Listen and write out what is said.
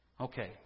Okay